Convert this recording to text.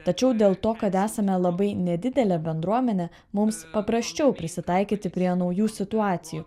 tačiau dėl to kad esame labai nedidelė bendruomenė mums paprasčiau prisitaikyti prie naujų situacijų